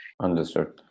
Understood